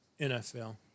NFL